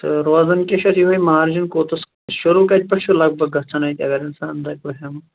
تہٕ روزان کیاہ چھُ اَتھ یُہے مارجَن کوٚتَس شروٗع کَتہِ پٮ۪ٹھٕ چھُ لَگ بَگ گَژھان اَتہِ اگر انسان دَپہٕ بہٕ ہیٚمہٕ